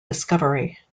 discovery